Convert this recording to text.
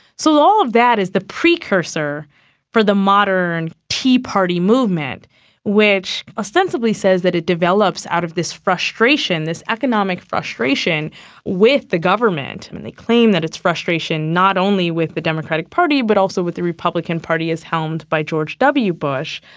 so all of that is the precursor for the modern tea party movement which ostensibly says that it develops out of this frustration, this economic frustration with the government. and they claim that it's frustration not only with the democratic party but also with the republican party as helmed by george w bush,